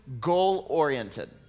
goal-oriented